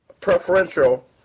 preferential